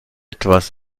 etwas